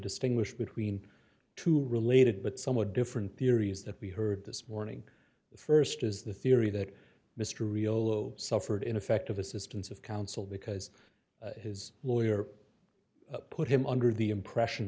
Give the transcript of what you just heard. distinguish between two related but somewhat different theories that we heard this morning the st is the theory that mr real suffered in effect of assistance of counsel because his lawyer put him under the impression